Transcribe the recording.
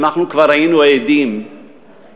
ואנחנו כבר היינו עדים למרחק,